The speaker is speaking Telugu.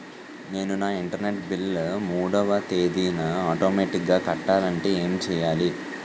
నేను నా ఇంటర్నెట్ బిల్ మూడవ తేదీన ఆటోమేటిగ్గా కట్టాలంటే ఏం చేయాలి?